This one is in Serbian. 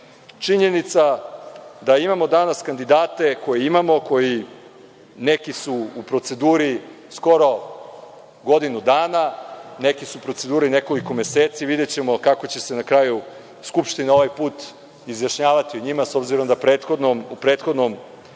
radi. Činjenica da imamo danas kandidate koje imamo, neki su u proceduri skoro godinu dana, neki su u proceduri nekoliko meseci, videćemo se kako će se na kraju Skupština ovaj put izjašnjavati o njima, s obzirom da u prethodnom